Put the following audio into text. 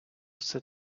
все